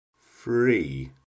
free